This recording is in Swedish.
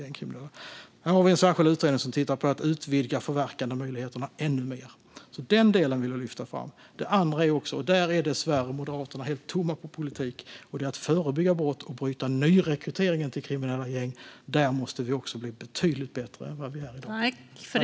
Vi har en särskild utredning som tittar på att utvidga förverkandemöjligheterna ännu mer. Den delen vill vi lyfta fram. Den andra saken som jag vill lyfta fram - och här är dessvärre Moderaterna helt tomma på politik - är att förebygga brott och bryta nyrekryteringen till kriminella gäng. Där måste vi också bli betydligt bättre än vad vi är i dag.